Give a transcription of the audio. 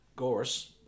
Gorse